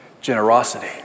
Generosity